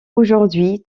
aujourd’hui